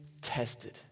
tested